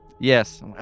Yes